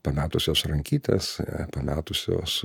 pametusios rankytes pametusios